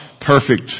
perfect